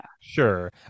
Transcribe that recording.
sure